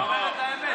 אבל היא אומרת את האמת.